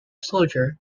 soldier